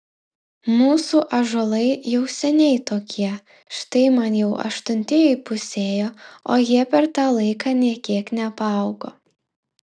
mūsų ąžuolai jau seniai tokie štai man jau aštunti įpusėjo o jie per tą laiką nė kiek nepaaugo